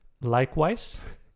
Likewise